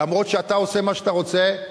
למרות שאתה עושה מה שאתה רוצה,